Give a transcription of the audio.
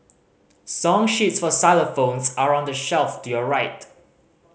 song sheets for xylophones are on the shelf to your right